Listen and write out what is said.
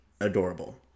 adorable